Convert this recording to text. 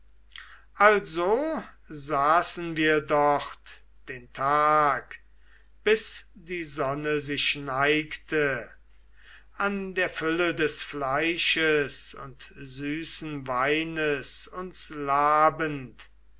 gehorsam und wir saßen den ganzen tag bis die sonne sich neigte an der fülle des fleisches und süßen weines uns labend